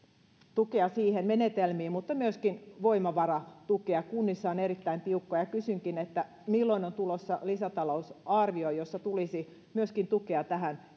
tukea menetelmiin mutta myöskin voimavaratukea kunnissa on erittäin tiukkaa ja kysynkin milloin on tulossa lisätalousarvio jossa tulisi myöskin tukea tähän